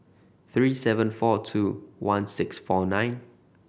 three seven four two one six four nine